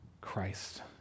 Christ